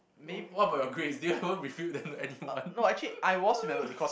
what what about your grades do you ever revealed that anyone